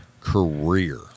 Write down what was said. career